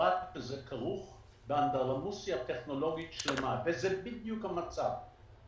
כרוך באנדרלמוסיה שלמה, וזה בדיוק המצב.